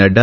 Nadda